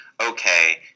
okay